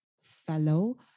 fellow